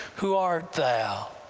who art thou,